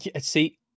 see